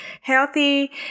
healthy